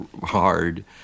hard